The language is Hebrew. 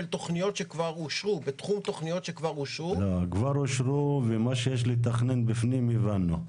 תכניות שכבר אושרו -- תכניות שכבר אושרו ממה שיש לתכנן בפנים הבנו.